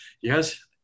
Yes